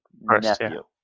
nephew